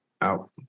out